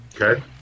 Okay